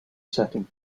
setting